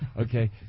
Okay